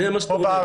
זה מה שאתה אומר.